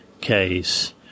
case